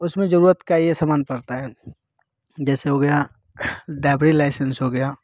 उसमें ज़रूरत का यह सामान पड़ता है जैसे हो गया ड्राइवि लाइसेंस हो गया